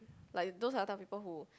like those are the type of people who